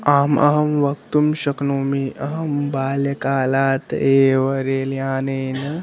आम् अहं वक्तुं शक्नोमि अहं बाल्यकालात् एव रेल्यानेन